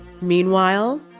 Meanwhile